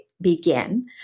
begin